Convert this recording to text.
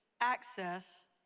access